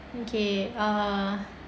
okay uh